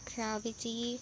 Gravity